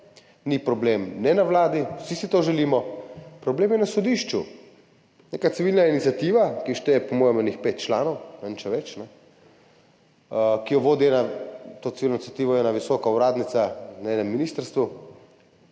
ni problema na Vladi, vsi si to želimo, problem je na sodišču. Neka civilna iniciativa, ki šteje po mojem kakšnih pet članov, ne vem, če več, ki jo vodi ena, ena visoka uradnica na enem ministrstvu,